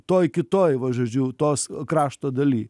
toj kitoj va žodžiu tos krašto daly